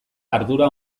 ardura